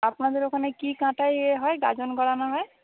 আপনাদের ওখানে কি কাঁটায় এ হয় গাজন করানো হয়